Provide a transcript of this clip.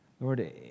Lord